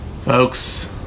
Folks